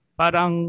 parang